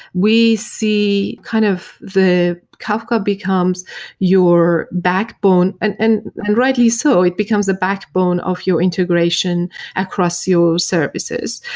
we see kind of the kafka becomes your backbone, and and and rightly so, it becomes a backbone of your integration across your services,